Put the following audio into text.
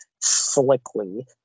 slickly